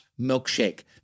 milkshake